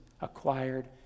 acquired